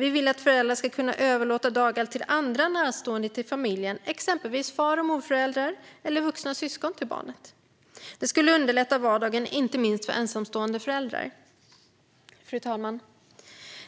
Vi vill att föräldrarna ska kunna överlåta dagar till andra närstående till familjen, exempelvis far och morföräldrar eller vuxna syskon till barnet. Det skulle underlätta vardagen inte minst för ensamstående föräldrar. Fru talman!